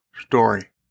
story